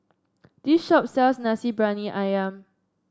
this shop sells Nasi Briyani ayam